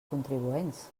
contribuents